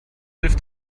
hilf